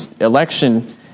election